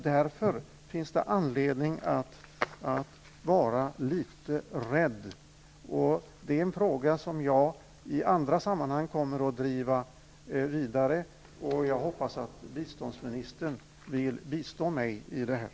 Därför finns det anledning att vara litet rädd. Detta är en fråga som jag i andra sammanhang kommer att driva vidare. Jag hoppas att biståndsministern vill bistå mig härvidlag.